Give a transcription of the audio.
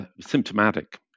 symptomatic